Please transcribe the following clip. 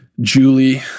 Julie